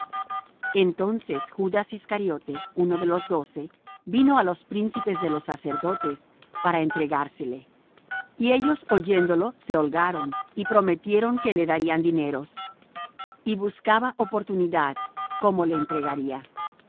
entonces judas iscariote uno de los doce vino á los príncipes de los sacerdotes para entregársele y ellos oyéndolo se holgaron y prometieron que le darían dineros y buscaba oportunidad cómo le entregaría